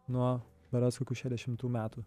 nuo berods kokių šešiasdešimtų metų